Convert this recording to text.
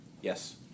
Yes